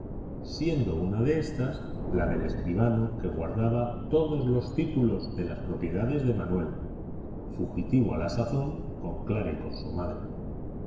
siendo una de éstas la del escribano que guardaba todos los títulos de las propiedades de manuel fugitivo a la sazón con clara y con su madre